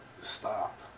stop